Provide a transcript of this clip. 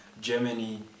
Germany